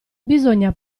bisogna